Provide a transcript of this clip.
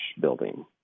building